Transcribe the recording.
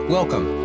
Welcome